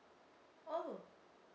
oh